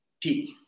peak